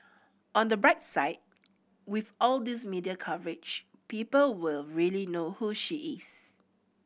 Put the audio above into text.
on the bright side with all these media coverage people will really know who she is